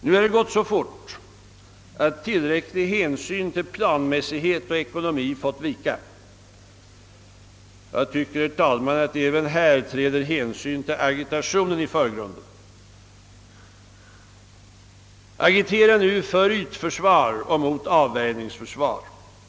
Nu har det gått så fort att hänsynen till planmässighet och ekonomi fått vika. Jag tycker att även här hänsynen till agitationen träder i förgrunden. Agitera för ytförsvar och mot avvärjningsförsvar?